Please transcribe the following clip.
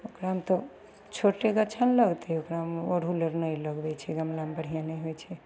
ओकरामे तऽ छोटे गाछे ने लगतै ओकरामे अड़हुल आओर नहि लगबै छै गमलामे बढ़िआँ नहि होइ छै